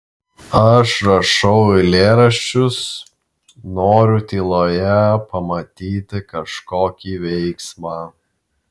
aš rašau eilėraščius noriu tyloje pamatyti kažkokį veiksmą